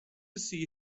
see